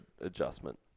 adjustment